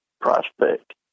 Prospect